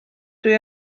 dwi